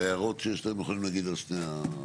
ההערות שיש להם, הם יכולים להגיד על שתי ההצעות.